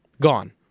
gone